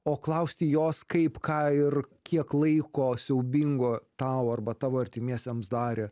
o klausti jos kaip ką ir kiek laiko siaubingo tau arba tavo artimiesiems darė